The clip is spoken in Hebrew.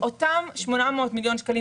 אותם 800 מיליון שקלים,